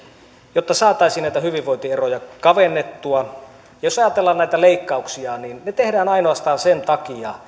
jotta saataisiin näitä hyvinvointieroja kavennettua jos ajatellaan näitä leikkauksia niin ne tehdään ainoastaan sen takia